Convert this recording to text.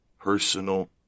personal